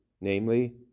namely